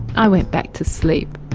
i went back to sleep.